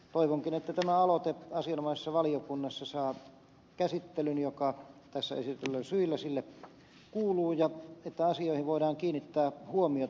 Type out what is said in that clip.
toivonkin että tämä aloite asianomaisessa valiokunnassa saa käsittelyn joka tässä esitetyillä syillä sille kuuluu ja että asioihin voidaan kiinnittää huomiota